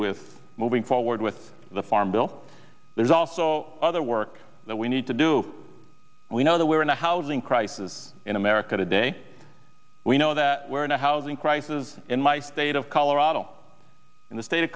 with moving forward with the farm bill there's also other work that we need to do we know that we're in a housing crisis in america today we know that we're in a housing crisis in my state of colorado in the state of